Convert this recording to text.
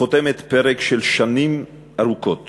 חותמת פרק של שנים ארוכות